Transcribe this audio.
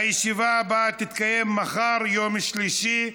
הישיבה הבאה תתקיים מחר, יום שלישי,